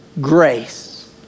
Grace